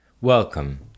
Welcome